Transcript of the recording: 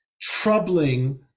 troubling